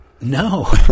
No